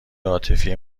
عاطفی